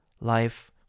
life